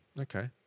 Okay